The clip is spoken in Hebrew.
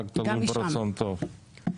רק תלוי ברצון טוב.